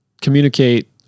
communicate